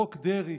חוק דרעי,